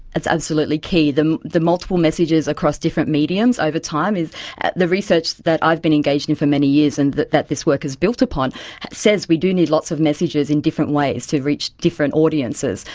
it's absolutely key. the the multiple messages across different mediums over time is the research that i've been engaged in for many years and that that this work is built upon says we do need lots of messages in different ways to reach different audiences.